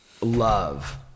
love